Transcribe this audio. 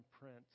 print